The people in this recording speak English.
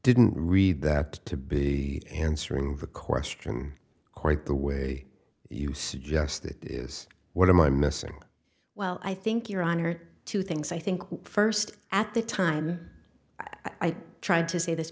didn't read that to be answering the question quite the way you suggest it is what am i missing well i think you're on her two things i think first at the time i've tried to say this